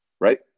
Right